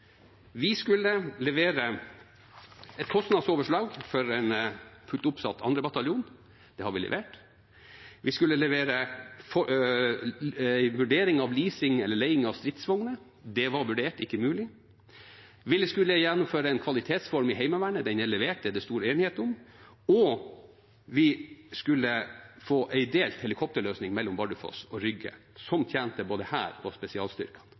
Vi skulle levere et kostnadsoverslag for en fullt ut oppsatt 2. bataljon. Det har vi levert. Vi skulle levere en vurdering av leasing eller leie av stridsvogner. Det var vurdert ikke mulig. Vi skulle gjennomføre en kvalitetsreform i Heimevernet. Den er levert, det er det stor enighet om. Og vi skulle få en delt helikopterløsning mellom Bardufoss og Rygge som tjente både Hæren og spesialstyrkene.